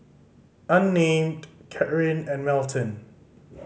Unnamed Caryn and Melton